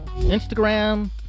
Instagram